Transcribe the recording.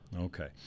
Okay